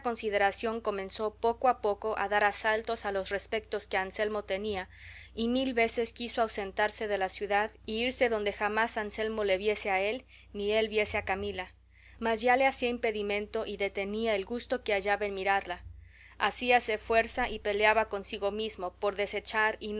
consideración comenzó poco a poco a dar asaltos a los respectos que a anselmo tenía y mil veces quiso ausentarse de la ciudad y irse donde jamás anselmo le viese a él ni él viese a camila mas ya le hacía impedimento y detenía el gusto que hallaba en mirarla hacíase fuerza y peleaba consigo mismo por desechar